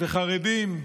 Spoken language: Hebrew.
חרדים,